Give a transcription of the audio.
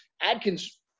Adkins